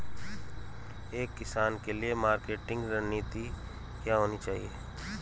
एक किसान के लिए मार्केटिंग रणनीति क्या होनी चाहिए?